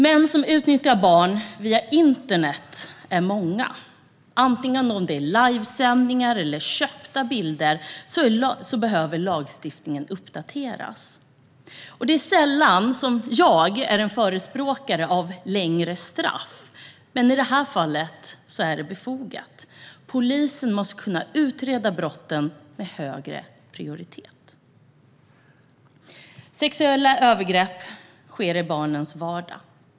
Männen som utnyttjar barn via internet är många. Oavsett om det gäller livesändningar eller köpta bilder behöver lagstiftningen uppdateras. Det är sällan jag är en förespråkare av strängare straff, men i detta fall är det befogat. Polisen måste kunna utreda brotten med högre prioritet. Sexuella övergrepp sker i barnens vardag.